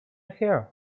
her